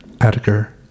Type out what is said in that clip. edgar